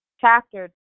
chapter